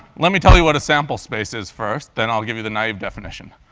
let me tell you what a sample space is first, then i'll give you the naive definition.